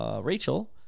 Rachel